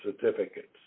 certificates